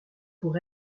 pour